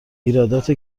ایرادات